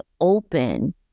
open